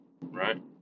right